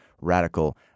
radical